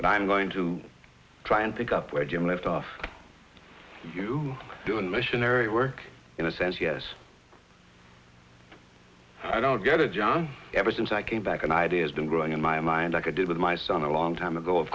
but i'm going to try and pick up where jim left off you are doing missionary work in a sense yes i don't get a job ever since i came back and ideas been growing in my mind i could do with my son a long time ago of